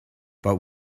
but